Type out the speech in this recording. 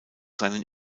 seinen